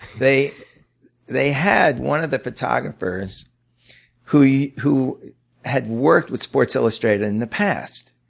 they they had one of the photographers who yeah who had worked with sports illustrated in the past.